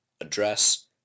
address